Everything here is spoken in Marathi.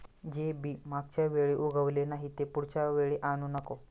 जे बी मागच्या वेळी उगवले नाही, ते पुढच्या वेळी आणू नको